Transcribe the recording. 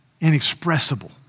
inexpressible